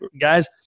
guys